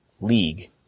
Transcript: league